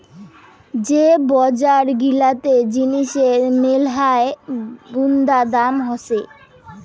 যে বজার গিলাতে জিনিসের মেলহাই বুন্দা দাম হসে